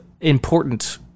important